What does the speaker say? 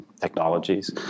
technologies